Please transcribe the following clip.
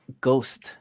ghost